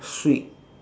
sweet